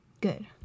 good